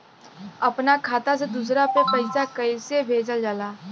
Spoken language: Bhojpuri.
अपना खाता से दूसरा में पैसा कईसे भेजल जाला?